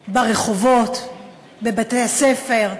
ברחובות, בבתי-הספר,